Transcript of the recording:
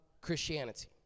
Christianity